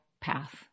path